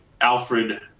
alfred